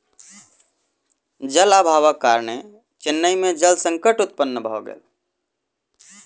जल अभावक कारणेँ चेन्नई में जल संकट उत्पन्न भ गेल